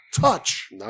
touch